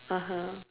(uh huh)